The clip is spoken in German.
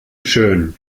schön